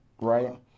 right